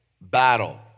Battle